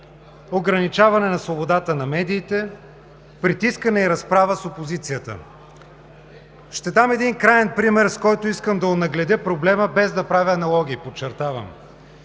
ограничаване на свободата на медиите, притискане и разправа с опозицията. Ще дам един краен пример, с който искам да онагледя проблема, без да правя аналогии – подчертавам.